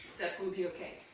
will be okay.